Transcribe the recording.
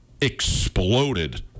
exploded